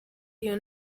iyo